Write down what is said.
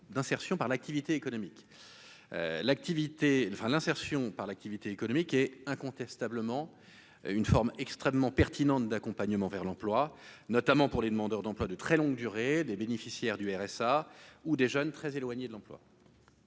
l'insertion par l'activité économique est incontestablement une forme extrêmement pertinente d'accompagnement vers l'emploi, notamment pour les demandeurs d'emploi de très longue durée des bénéficiaires du RSA ou des jeunes très éloignés de l'emploi.